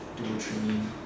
do training